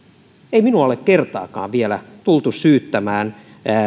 ei minua ole kertaakaan vielä tultu syyttämään